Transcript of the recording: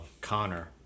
connor